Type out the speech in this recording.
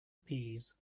peas